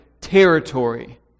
territory